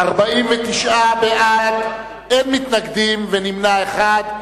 49 בעד, אין מתנגדים ונמנע אחד.